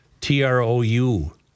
T-R-O-U